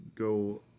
go